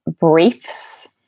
briefs